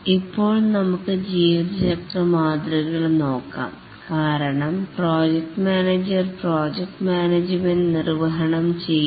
ഇപ്പോൾ നമുക്ക് ജീവചക്രം മാതൃകകൾ നോക്കാം കാരണം പ്രോജക്ട് മാനേജർ പ്രോജക്റ്റ് മാനേജ്മെൻറ് നിർവഹണം ചെയ്യുന്നു